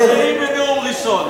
למה מפריעים בנאום ראשון?